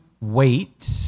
wait